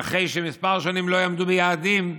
אחרי שכמה שנים לא יעמדו ביעדים,